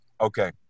Okay